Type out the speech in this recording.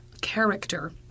character